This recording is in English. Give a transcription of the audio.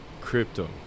crypto